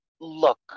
look